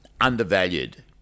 undervalued